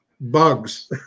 bugs